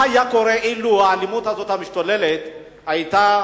מה היה קורה אילו האלימות המשתוללת הזאת היתה